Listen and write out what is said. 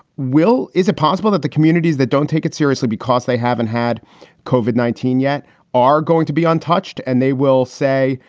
will, is it possible that the communities that don't take it seriously because they haven't had covered nineteen yet are going to be untouched and they will say,